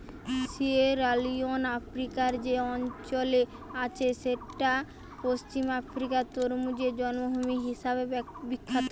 Sierra Leone আফ্রিকার যে অঞ্চলে আছে সেইটা পশ্চিম আফ্রিকার তরমুজের জন্মভূমি হিসাবে বিখ্যাত